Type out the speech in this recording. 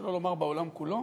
שלא לומר בעולם כולו,